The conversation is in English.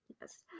yes